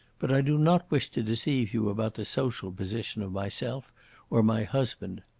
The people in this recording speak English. but i do not wish to deceive you about the social position of myself or my husband.